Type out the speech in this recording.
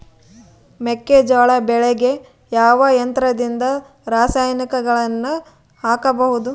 ಮೆಕ್ಕೆಜೋಳ ಬೆಳೆಗೆ ಯಾವ ಯಂತ್ರದಿಂದ ರಾಸಾಯನಿಕಗಳನ್ನು ಹಾಕಬಹುದು?